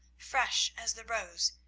fresh as the rose,